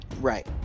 Right